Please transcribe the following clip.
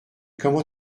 comment